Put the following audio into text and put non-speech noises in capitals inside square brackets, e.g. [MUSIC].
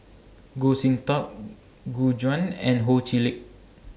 Goh Sin Tub [NOISE] Gu Juan and Ho Chee Lick